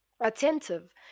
attentive